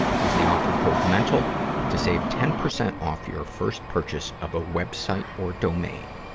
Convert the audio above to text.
use the offer code mental to save ten percent off your first purchase of a web site or domain.